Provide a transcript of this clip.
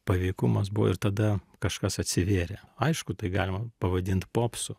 paveikumas buvo ir tada kažkas atsivėrė aišku tai galima pavadint popsu